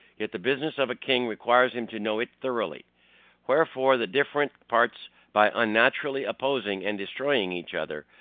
yet the business of a king requires him to know it thoroughly wherefore the different parts, by unnaturally opposing and destroying each other,